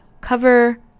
cover